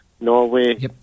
Norway